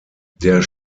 der